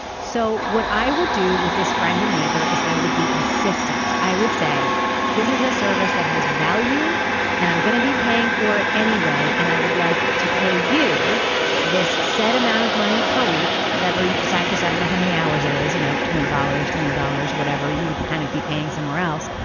so what i would do with this friend friend and neighbor is i would be insistent. i would say this is a service that has value and i'm going to be paying for it anyway. and i would like to pay you this set amount of money per week. whatever you decide to set or know how many hours it is, you know, two and hundred dollars or and or dollars, whatever, you would kind of be paying somewhere else.